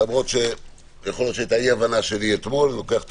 למרות שיכול להיות שהיתה אי-הבנה שלי אתמול לוקח את